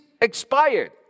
expired